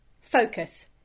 Focus